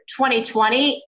2020